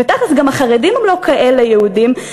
ותכל'ס גם החרדים הם לא כאלה יהודים,